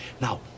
now